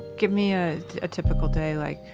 give me a typical day, like,